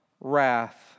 wrath